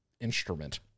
instrument